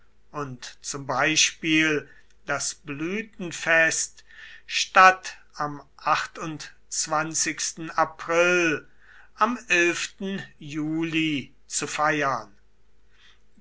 und zum beispiel das blütenfest statt am april am juli zu feiern